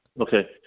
Okay